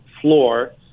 floor